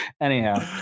Anyhow